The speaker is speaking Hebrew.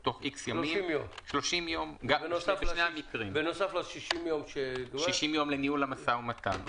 תוך 30 ימים, בנוסף ל-60 ימים לניהול המשא ומתן.